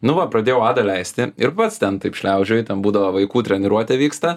nu va pradėjau adą leisti ir pats ten taip šliaužioju ten būdavo vaikų treniruotė vyksta